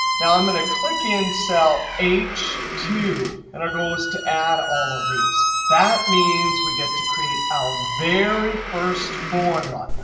now, i'm going to click in cell h two. and our goal is to add all of these. that means we get to create our very first formula.